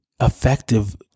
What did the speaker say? effective